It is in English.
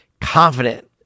confident